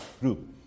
group